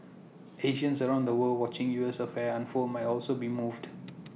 Asians around the world watching U S affairs unfold might also be moved